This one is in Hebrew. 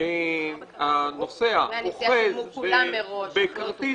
הנוסע אוחז בכרטיס